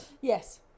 Yes